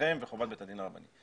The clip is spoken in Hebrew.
לחובתכם ולחובת בית הדין הרבני.